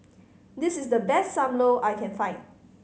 this is the best Sam Lau I can find